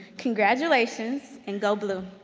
congratulations and go blue.